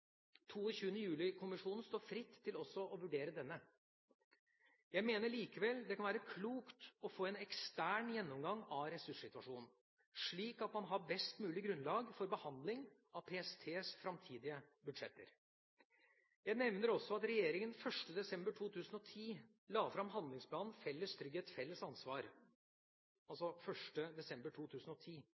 22. juli-kommisjonen står fritt til også å vurdere denne. Jeg mener likevel det kan være klokt å få en ekstern gjennomgang av ressurssituasjonen, slik at man har et best mulig grunnlag for behandling av PSTs framtidige budsjetter. Jeg nevner også at regjeringa 1. desember 2010 la fram handlingsplanen Felles trygghet – felles ansvar – altså 1. desember 2010